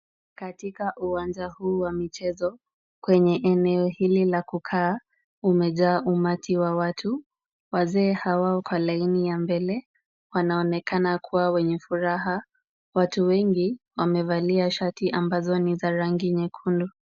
Katika uwanja huu wa michezo, kwenye eneo hili la kukaa, umejaa umati wa watu. Wazee hawa kwa laini ya mbele, wanaonekana kuwa wenye furaha. Watu wengi wamevalia shati ambazo ni za rangi nyekundu.